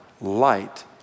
light